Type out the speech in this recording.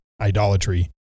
idolatry